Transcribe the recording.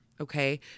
okay